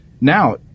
Now